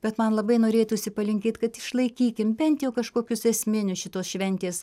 bet man labai norėtųsi palinkėt kad išlaikykim bent jau kažkokius esminius šitos šventės